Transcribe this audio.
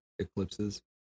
eclipses